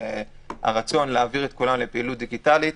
והרצון להעביר את כולם לפעילות דיגיטלית,